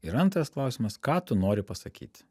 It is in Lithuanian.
ir antras klausimas ką tu nori pasakyt